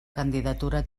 candidatura